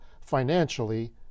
financially